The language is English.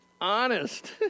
Honest